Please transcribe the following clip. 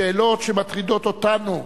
השאלות שמטרידות אותנו,